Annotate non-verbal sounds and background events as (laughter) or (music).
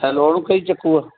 hello (unintelligible) ਚੱਕੂਗਾ